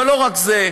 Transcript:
אבל לא רק זה,